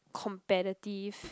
competitive